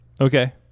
Okay